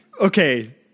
Okay